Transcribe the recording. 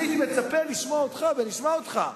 אני הייתי מצפה לשמוע אותך, ונשמע אותך.